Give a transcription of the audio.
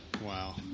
Wow